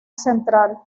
central